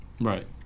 Right